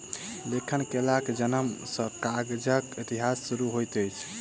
लेखन कलाक जनम सॅ कागजक इतिहास शुरू होइत अछि